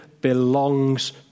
belongs